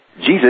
Jesus